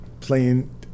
playing